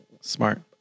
Smart